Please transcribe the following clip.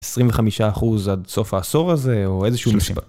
25 אחוז עד סוף העשור הזה או איזה שהוא מבפר